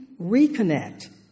reconnect